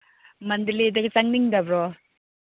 ꯃꯦꯗꯂꯦꯗꯒ ꯆꯪꯅꯤꯡꯗꯕ꯭ꯔꯣ